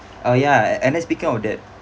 oh ya and then speaking of that